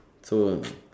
so